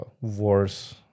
worse